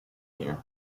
year